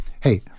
hey